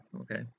okay